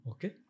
Okay